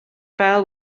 file